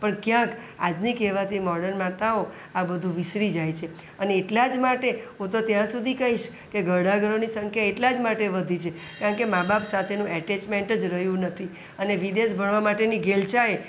પણ ક્યાંક આજની કહેવાતી મોર્ડન માતાઓ આ બધું વિસરી જાય છે અને એટલા જ માટે હું તો ત્યાં સુધી કહીશ કે ઘરડાઘરોની સંખ્યા એટલા જ માટે વધી છે કારણ કે માં બાપ સાથેના અટેચમેન્ટ જ રહ્યું નથી અને વિદેશ ભણવા માટેની ઘેલછાએ